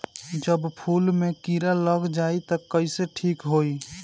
जब फूल मे किरा लग जाई त कइसे ठिक होई?